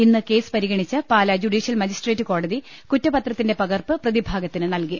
ഇന്ന് കേസ് പരിഗണിച്ച് Pala judicial magistrate കോടതി കുറ്റപത്ര ത്തിന്റെ പകർപ്പ് പ്രതിഭാഗത്തിന് നൽകി